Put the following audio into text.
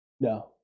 no